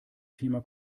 thema